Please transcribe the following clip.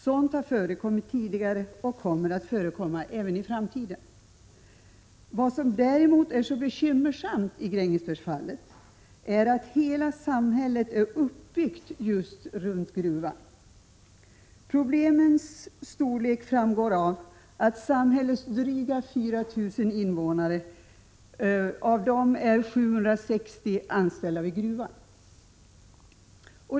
Sådant har hänt tidigare och kommer att hända även i framtiden. Vad som däremot är så bekymmersamt i Grängesbergsfallet är att hela samhället är uppbyggt runt gruvan. Problemens storlek framgår av att av samhällets drygt 4 000 invånare är 760 anställda vid gruvan.